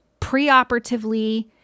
preoperatively